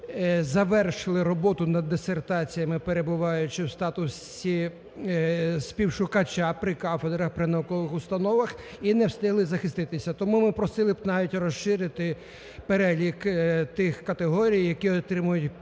які завершили роботу над дисертаціями, перебуваючи в статусі співшукача при кафедрах, при наукових установах і не встигли захиститися. Тому ми просили б навіть розширити перелік тих категорій, які отримують право